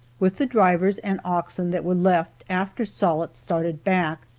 with the drivers and oxen that were left after sollitt started back,